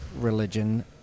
religion